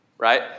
right